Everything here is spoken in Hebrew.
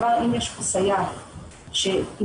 בכל שידוך צריך הסכמה של שני צדדים.